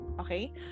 Okay